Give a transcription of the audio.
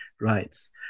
rights